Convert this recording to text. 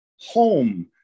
home